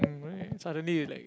suddenly it's like